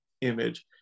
image